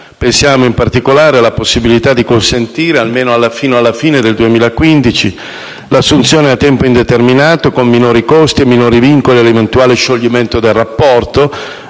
Pensiamo, in particolare, alla possibilità di consentire, almeno fino alla fine del 2015, l'assunzione a tempo indeterminato con minori costi e minori vincoli e l'eventuale scioglimento del rapporto,